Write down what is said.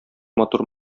матур